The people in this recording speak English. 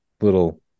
little